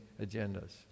agendas